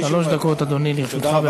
שלוש דקות, אדוני, לרשותך.